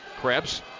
Krebs